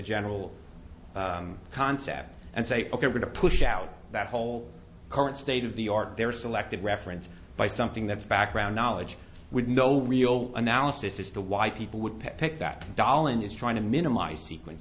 general concept and say ok we're going to push out that whole current state of the art they're selected reference by something that's background knowledge with no real analysis is the why people would pick that dahlan is trying to minimize sequenc